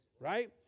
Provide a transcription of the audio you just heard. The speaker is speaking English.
Right